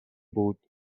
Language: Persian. بود